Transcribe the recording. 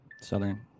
Southern